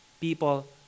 people